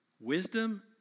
wisdom